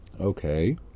Okay